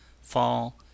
Fall